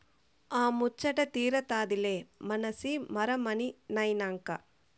ఆ ముచ్చటా తీరతాదిలే మనసి మరమనినైనంక